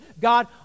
God